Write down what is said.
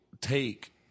take